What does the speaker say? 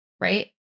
right